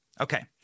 Okay